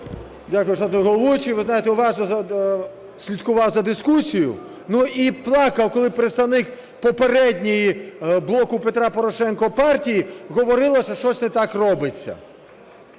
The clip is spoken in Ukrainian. Дякую, шановний головуючий. Ви знаєте, уважно слідкував за дискусією і плакав, коли представник попередньої – блоку Петра Порошенка – партії говорила, що щось не так робиться.